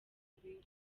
bieber